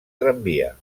tramvia